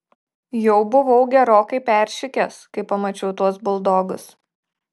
jau buvau gerokai peršikęs kai pamačiau tuos buldogus